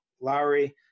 Lowry